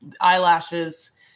eyelashes